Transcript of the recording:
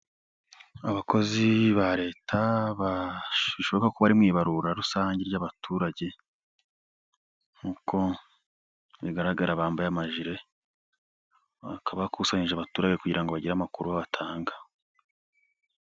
Abakozi ba leta bashoboka kuba ari mu ibarura rusange ry'abaturage nkuko bigaragara bambaye amajire bakaba bakusanyije abaturage kugira ngo bagire amakuru batanga.